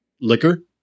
liquor